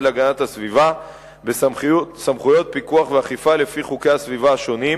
להגנת הסביבה בסמכויות פיקוח ואכיפה לפי חוקי הסביבה השונים,